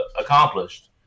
accomplished